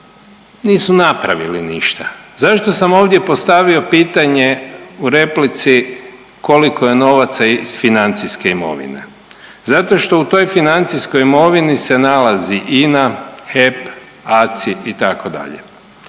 nisu napravili ništa. Zašto sam ovdje postavio pitanje u replici koliko je novaca iz financijske imovine? Zato što u toj financijskoj imovini se nalazi INA, HEP, ACI itd..